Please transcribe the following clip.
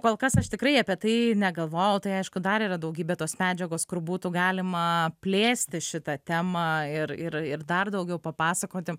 kol kas aš tikrai apie tai negalvojau tai aišku dar yra daugybė tos medžiagos kur būtų galima plėsti šitą temą ir ir ir dar daugiau papasakoti